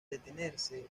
detenerse